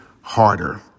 Harder